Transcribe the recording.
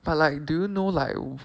but like do you know like